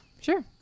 Sure